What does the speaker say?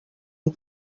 amb